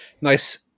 nice